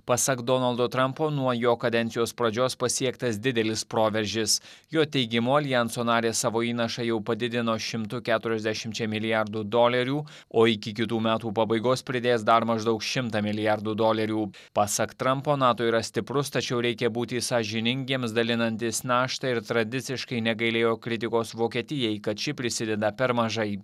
pasak donaldo trampo nuo jo kadencijos pradžios pasiektas didelis proveržis jo teigimu aljanso narės savo įnašą jau padidino šimtu keturiasdešimčia milijardų dolerių o iki kitų metų pabaigos pridės dar maždaug šimtą milijardų dolerių pasak trampo nato yra stiprus tačiau reikia būti sąžiningiems dalinantis naštą ir tradiciškai negailėjo kritikos vokietijai kad ši prisideda per mažai